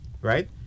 Right